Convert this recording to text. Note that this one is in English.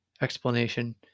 explanation